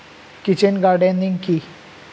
Kitchen gardening কি?